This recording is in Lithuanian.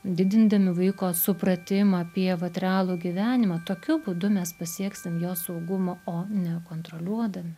didindami vaiko supratimą apie vat realų gyvenimą tokiu būdu mes pasieksim jo saugumą o ne kontroliuodami